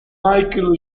michael